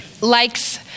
likes